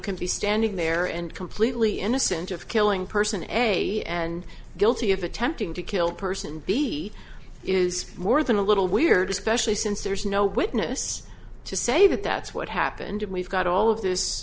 can be standing there and completely innocent of killing person a and guilty of attempting to kill person b is more than a little weird especially since there's no witness to say that that's what happened and we've got all of